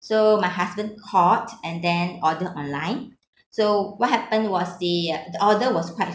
so my husband called and then order online so what happened was the order was quite